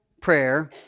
prayer